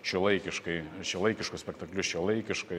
šiuolaikiškai šiuolaikiškus spektaklius šiuolaikiškai